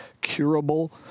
curable